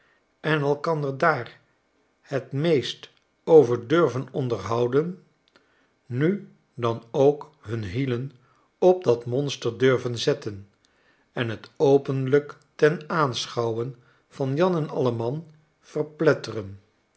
en elkander daar het meest over durven onderhouden nu dan ook hun hielen op dat monster durven zetten en t openlijk ten aanschouwen van jan en alleman verpletteren